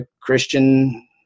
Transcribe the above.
Christian